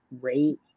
rate